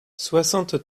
soixante